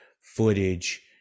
footage